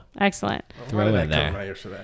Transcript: Excellent